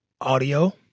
audio